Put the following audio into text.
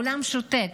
העולם שותק,